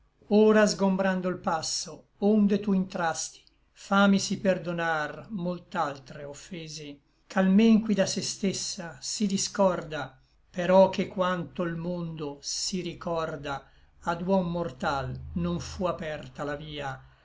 ora sgombrando l passo onde tu intrasti famisi perdonar molt'altre offese ch'almen qui da se stessa si discorda però che quanto l mondo si ricorda ad huom mortal non fu aperta la via